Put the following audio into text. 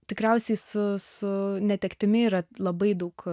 tikriausiai su su netektimi yra labai daug